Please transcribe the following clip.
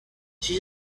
she